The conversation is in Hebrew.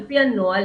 על פי הנוהל,